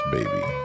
Baby